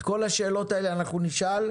את כל השאלות האלה אנחנו נשאל,